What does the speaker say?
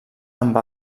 amb